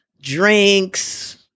drinks